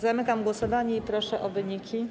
Zamykam głosowanie i proszę o wyniki.